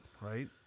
right